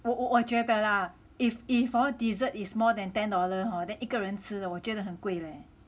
我我觉得 lah if if hor dessert is more than ten dollar hor then 一个人吃 hor 我觉得很贵咧